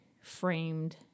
framed